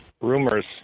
Rumors